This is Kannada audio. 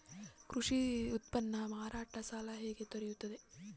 ಕೃಷಿ ಉತ್ಪನ್ನ ಮಾರಾಟ ಸಾಲ ಹೇಗೆ ದೊರೆಯುತ್ತದೆ?